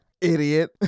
Idiot